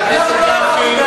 אנחנו לא פוחדים מאף אחד.